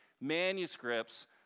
manuscripts